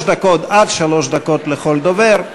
עד שלוש דקות לכל דובר.